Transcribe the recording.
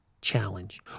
challenge